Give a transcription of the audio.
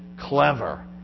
clever